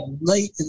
late